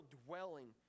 dwelling